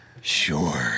Sure